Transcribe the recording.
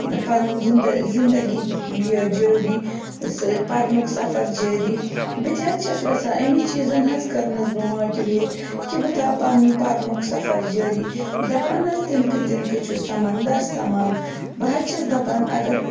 پَنُن زند زِندَگی یہِ جٲری پَرنُک سَفر جٲری بہٕ تہِ حظ چھَس ویٚژھان اَمی چیٖزَن حظ کَرنَس بہٕ ماٹِویٹ کہِ بہٕ تھاو پَنُن پَرنُک سَفر جٲری دَپان حظ تِن کہٕ تِن کہٕ چھُ سَمنٛدر سَمان بہٕ حظ چھَس دَپان اگر